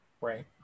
Right